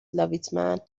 لاویتمن